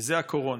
וזה הקורונה.